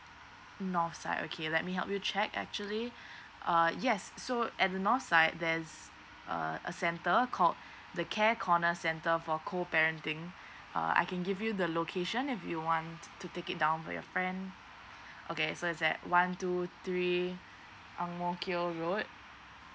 north side okay let me help you check actually err yes so at the north side there's uh a centre called the care corner center for co parenting err I can give you the location if you want to take it down for your friend okay so is at one two three ang mo kio road